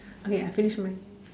okay I finish mine